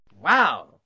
Wow